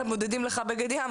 מודדים לך בגד ים,